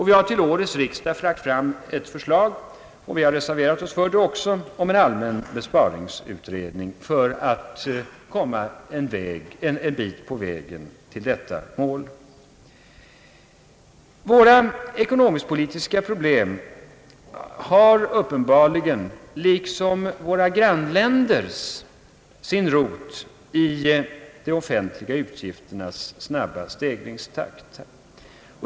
Vi har till årets riksdag lagt fram ett förslag — och vi har också reserverat oss för det — om en allmän besparingsutredning för att komma en bit på väg till detta mål. Våra ekonomisk-politiska problem har uppenbarligen liksom våra grann länders sin rot i de offentliga utgifternas snabba stegringstakt.